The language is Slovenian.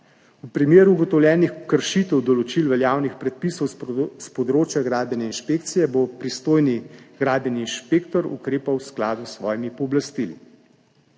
V primeru ugotovljenih kršitev določil veljavnih predpisov s področja gradbene inšpekcije bo pristojni gradbeni inšpektor ukrepal v skladu s svojimi pooblastili.